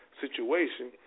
situation